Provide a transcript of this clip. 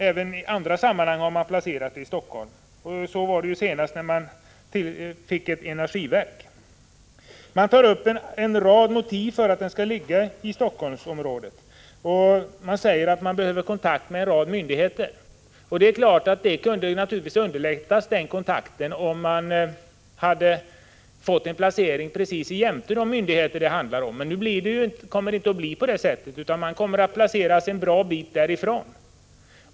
Även i andra sammanhang har man placerat nya myndigheter i Helsingfors, senast energiverket. Regeringen tar upp en rad motiv för att placera kemikalieinspektionen i Helsingforssområdet. Man säger att den behöver kontakt med en rad andra myndigheter. Den kontakten kunde naturligtvis ha underlättats om inspektionen hade placerats alldeles intill de myndigheter som den skall ha nära kontakt med, men nu kommer det inte att bli så, utan man placerar kemikaliekontrollen en bra bit därifrån.